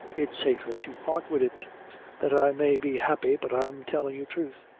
it's safer to part wid it that i may be happy but i'm tellin' you thruth.